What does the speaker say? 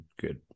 good